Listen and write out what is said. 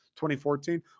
2014